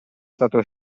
stato